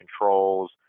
controls